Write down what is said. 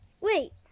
Wait